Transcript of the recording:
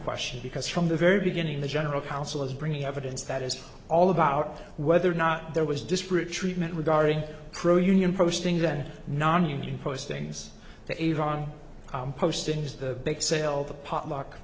question because from the very beginning the general counsel is bringing evidence that is all about whether or not there was disparate treatment regarding pro union posting than nonunion postings to iran postings the bake sale the potluck